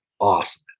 awesome